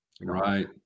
Right